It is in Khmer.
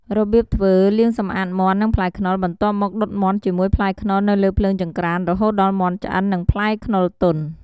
របៀបធ្វើលាងសម្អាតមាន់ និងផ្លែខ្នុរ បន្ទាប់មកដុតមាន់ជាមួយផ្លែខ្នុរនៅលើភ្លើងចង្ក្រាន រហូតដល់មាន់ឆ្អិន និង ផ្លែខ្នុរទន់។